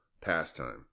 pastime